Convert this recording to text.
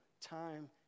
time